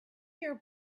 your